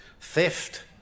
Theft